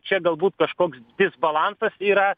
čia galbūt kažkoks disbalansas yra